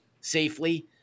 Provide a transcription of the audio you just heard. safely